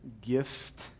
gift